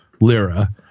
lira